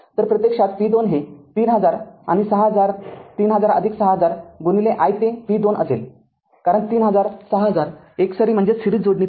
तरप्रत्यक्षात v२ हे ३००० आणि ६०००३०००६००० i ते v२असेल कारण ३०००६००० एकसरी जोडणीत आहेत